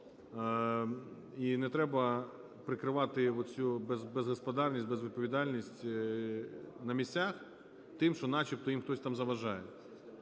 І не треба прикривати оцю безгосподарність, безвідповідальність на місцях тим, що начебто їм хтось там заважає.